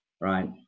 right